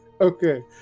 Okay